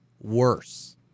worse